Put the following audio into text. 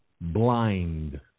blind